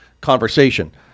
conversation